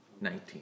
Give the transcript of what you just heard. Nineteen